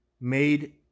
made